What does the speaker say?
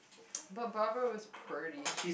but Barbara was pretty